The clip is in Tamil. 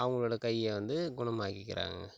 அவங்களோட கையை வந்து குணமாக்கிக்கிறாங்க